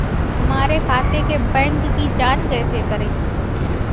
हमारे खाते के बैंक की जाँच कैसे करें?